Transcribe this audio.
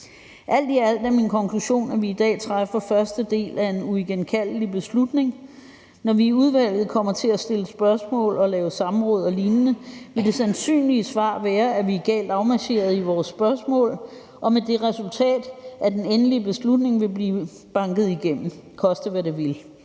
Alt i alt er min konklusion, at vi i dag træffer første del af en uigenkaldelig beslutning. Når vi i udvalget kommer til at stille spørgsmål og lave samråd og lignende, vil det sandsynlige svar være, at vi er galt afmarcheret i vores spørgsmål, og med det resultat, at den endelige beslutning vil blive banket igennem, koste hvad det vil.